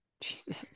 Jesus